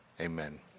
Amen